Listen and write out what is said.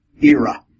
era